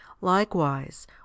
Likewise